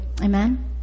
Amen